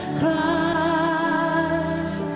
Christ